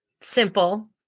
simple